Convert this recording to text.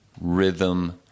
rhythm